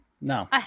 No